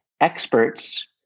experts